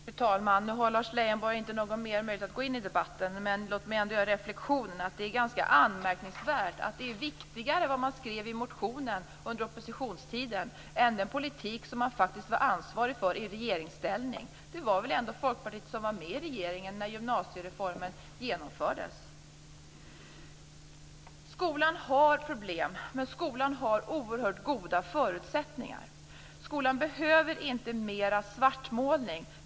Fru talman! Lars Leijonborg har nu inte möjlighet att gå in mera i debatten. Men jag vill ändå göra reflexionen att det är ganska anmärkningsvärt att det är viktigare vad man skrev i motionen under oppositionstiden än den politik som man var ansvarig för i regeringsställning. Folkpartiet var ju med i regeringen när gymnasiereformen genomfördes. Skolan har problem, men den har också oerhört goda förutsättningar. Skolan behöver inte mera av svartmålning.